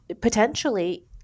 potentially